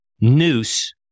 noose